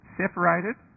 separated